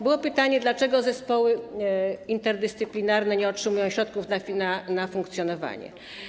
Było pytanie, dlaczego zespoły interdyscyplinarne nie otrzymują środków na funkcjonowanie.